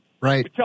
Right